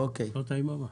אוקיי.